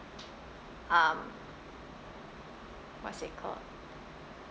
um what's it called